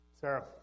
Sarah